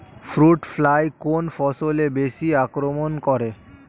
Fruit fly কোন ফসলে বেশি আক্রমন করে?